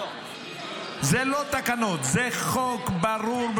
אלה לא תקנות, זה חוק ברור.